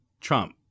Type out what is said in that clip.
Trump